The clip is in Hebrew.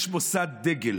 יש מוסד דגל